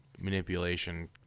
Manipulation